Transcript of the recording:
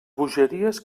bogeries